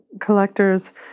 collectors